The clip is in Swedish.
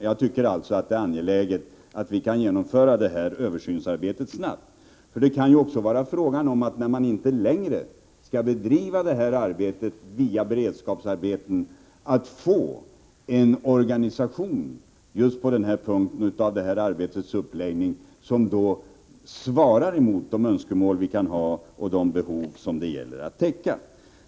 Jag tycker alltså att det är angeläget att vi kan genomföra detta översynsarbete snabbt. När man inte längre skall bedriva detta arbete via beredskapsarbeten, kan det även vara fråga om att få en organisation av detta arbetes uppläggning som svarar mot de önskemål som vi kan ha och de behov som det gäller att täcka.